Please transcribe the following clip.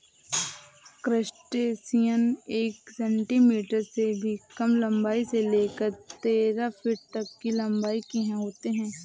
crustacean एक centimetre से भी कम लंबाई से लेकर तेरह फीट तक की लंबाई के होते हैं